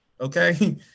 Okay